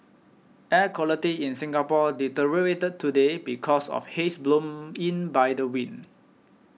air quality in Singapore deteriorated today because of haze blown in by the wind